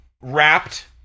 wrapped